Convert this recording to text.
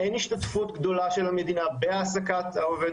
אין השתתפות גדולה של המדינה בהעסקת העובד